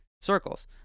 circles